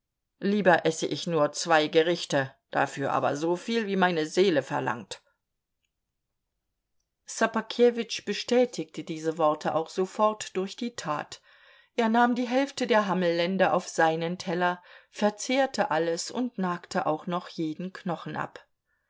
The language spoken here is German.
lieber esse ich nur zwei gerichte dafür aber so viel wie meine seele verlangt ssobakewitsch bestätigte diese worte auch sofort durch die tat er nahm die hälfte der hammellende auf seinen teller verzehrte alles und nagte auch noch jeden knochen ab